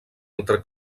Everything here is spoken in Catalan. altra